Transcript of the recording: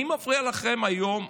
מי מפריע לכם היום,